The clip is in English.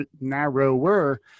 narrower